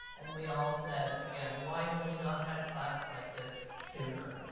and we all said, again, why have we not had a class like this sooner?